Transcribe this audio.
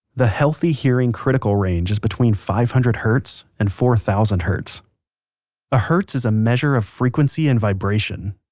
the healthy hearing critical range is between five hundred hertz and four thousand hertz a hertz is a measure of frequency and vibration.